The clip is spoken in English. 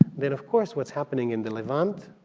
then of course what's happening in the levant,